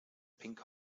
pink